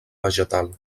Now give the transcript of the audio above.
vegetal